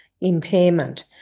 impairment